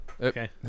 Okay